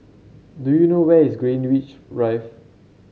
do you know where is Greenwich Drive